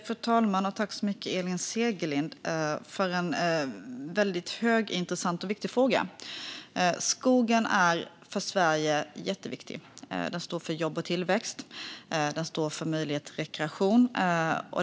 Fru talman! Tack så mycket, Elin Segerlind, för en högintressant och viktig fråga! Skogen är jätteviktig för Sverige. Den står för jobb och tillväxt och för möjligheter till rekreation.